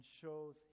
shows